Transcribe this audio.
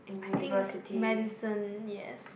I think medicine yes